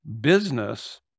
business